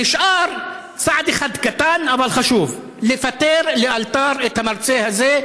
נשאר צעד אחד קטן אבל חשוב: לפטר לאלתר את המרצה הזה.